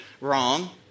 wrong